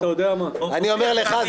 אני אומר לך,